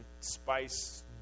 spice